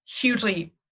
hugely